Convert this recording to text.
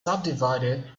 subdivided